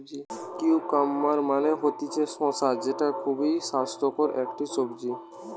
cucumber মানে হতিছে শসা যেটা খুবই স্বাস্থ্যকর একটি সবজি